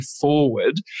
forward